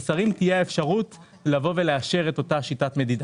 לשרים תהיה האפשרות לאשר את אותה שיטת המדידה.